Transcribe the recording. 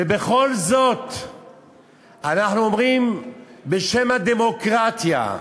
ובכל זאת אנחנו אומרים "בשם הדמוקרטיה",